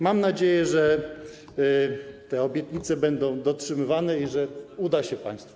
Mam nadzieję, że te obietnice będą dotrzymywane i że uda się państwu.